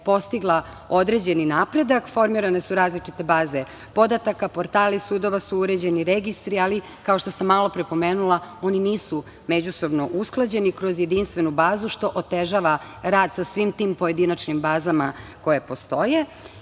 postigla određeni napredak, formirane su različite baze podataka, portali sudova su uređeni registri ali, kao što sam malopre pomenula oni nisu međusobno usklađeni kroz jedinstvenu bazu što otežava rad sa svim tim pojedinačnim bazama koje postoje. Da